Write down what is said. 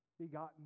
begotten